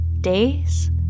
Days